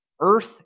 earth